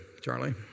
Charlie